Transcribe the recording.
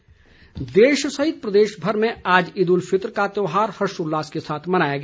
ईद देश सहित प्रदेशभर में आज ईद उल फितर का त्योहार हर्षोल्लास के साथ मनाया गया